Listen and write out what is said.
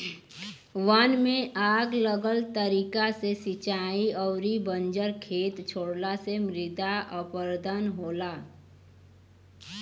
वन में आग गलत तरीका से सिंचाई अउरी बंजर खेत छोड़ला से मृदा अपरदन होला